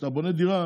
כשאתה בונה דירה